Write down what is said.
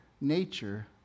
nature